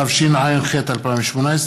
התשע"ח 2018,